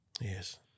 Yes